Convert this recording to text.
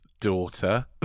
daughter